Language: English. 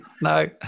No